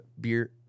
beer